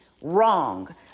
wrong